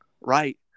right